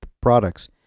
products